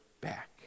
back